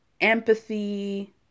empathy